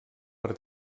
per